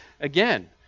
again